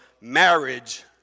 marriage